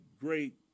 great